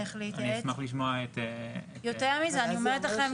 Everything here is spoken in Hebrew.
אנחנו אומרים לכם,